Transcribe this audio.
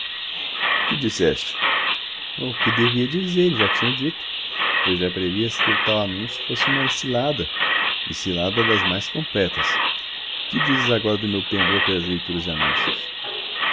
que disseste o que devia dizer e já tinha dito pois já previa que o tal anúncio fosse uma cilada e cilada das mais completas que dizes agora do meu pendor pelas leituras de anúncios